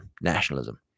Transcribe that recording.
nationalism